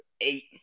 eight